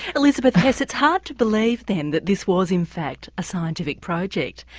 elizabeth hess it's hard to believe then that this was in fact a scientific project.